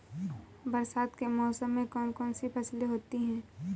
बरसात के मौसम में कौन कौन सी फसलें होती हैं?